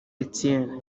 etienne